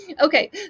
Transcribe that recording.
okay